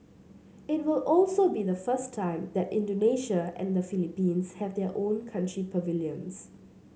it will also be the first time that Indonesia and the Philippines have their own country pavilions